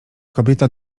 kobieta